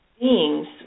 beings